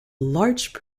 large